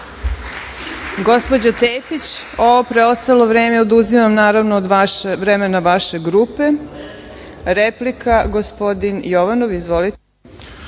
Gospođo Tepić, ovo preostalo vreme oduzimam vam naravno od vremena vaše grupe. Replika, gospodin Milenko Jovanov. Izvolite.